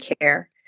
care